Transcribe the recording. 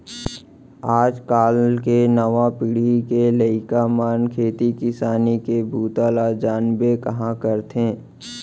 आज काल के नवा पीढ़ी के लइका मन खेती किसानी के बूता ल जानबे कहॉं करथे